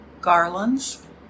garlands